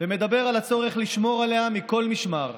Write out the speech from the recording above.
ומדבר על הצורך לשמור עליה מכל משמר.